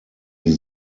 die